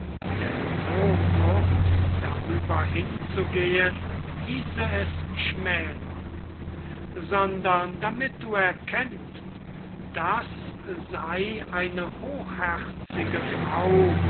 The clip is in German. denn so kurz darüber hinzugehen hieße es schmälern sondern damit du erkennst das sei eine hochherzige frau